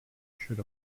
should